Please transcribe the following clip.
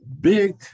big